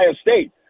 state